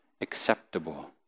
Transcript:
acceptable